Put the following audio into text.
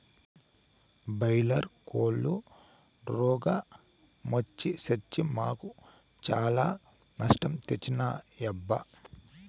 boiler కోల్లు రోగ మొచ్చి సచ్చి మాకు చాలా నష్టం తెచ్చినాయబ్బా